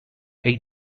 eight